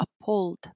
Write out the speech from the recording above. appalled